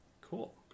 Cool